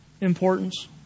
importance